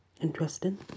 Interesting